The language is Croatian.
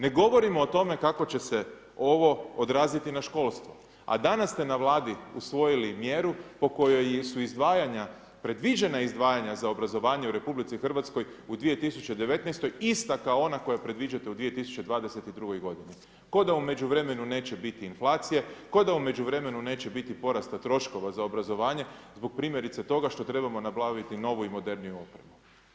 Ne govorimo o tome kako će se ovo odraziti na školstvo, a danas ste na Vladi usvojili mjeru po kojoj su izdvajanja, predviđena izdvajanja za obrazovanje u RH u 2019. ista kao ona koja predviđate u 2022. godini. kao da u međuvremenu neće biti inflacije, kao da u međuvremenu neće biti porasta troškova za obrazovanje zbog primjerice toga što trebamo nabaviti novu i moderniju opremu.